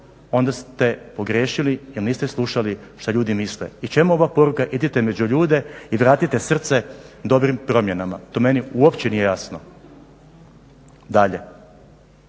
onda ste pogriješili jer niste slušali što ljudi misle. I čemu ova poruka idite među ljude i vratite srce dobrim promjenama. To meni uopće nije jasno. Dalje,